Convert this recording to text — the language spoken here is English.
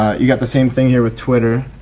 you got the same thing here with twitter.